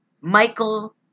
Michael